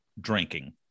drinking